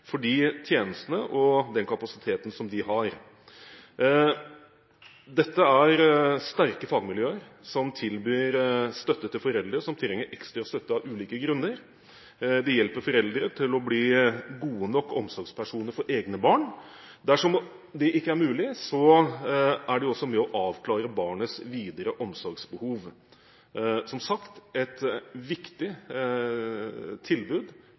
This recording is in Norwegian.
for de tjenestene og den kapasiteten de har. Dette er sterke fagmiljøer som tilbyr støtte til foreldre som trenger ekstra støtte av ulike grunner. De hjelper foreldre til å bli gode nok omsorgspersoner for egne barn. Dersom det ikke er mulig, er de også med og avklarer barnets videre omsorgsbehov. Som sagt er det et viktig tilbud